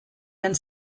and